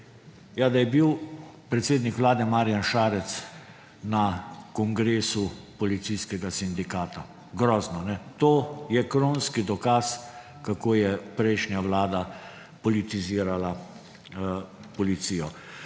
Ja, da je bil predsednik Vlade Marjan Šarec na kongresu policijskega sindikata. Grozno. To je kronski dokaz, kako je prejšnja vlada politizirala policijo.